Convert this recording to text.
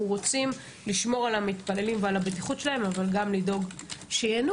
רוצים לשמור על המתפללים ועל הבטיחות שלהם אבל גם לדאוג שייהנו.